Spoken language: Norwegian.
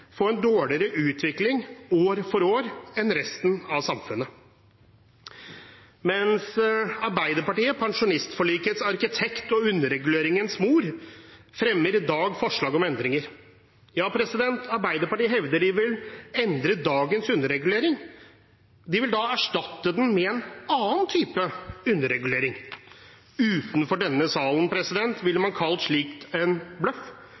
en dårligere utvikling år for år enn resten av samfunnet. Men Arbeiderpartiet, pensjonistforlikets arkitekt og underreguleringens mor, fremmer i dag forslag om endringer. Ja, Arbeiderpartiet hevder de vil endre dagens underregulering. De vil erstatte den med en annen type underregulering. Utenfor denne salen ville man kalt slikt en bløff,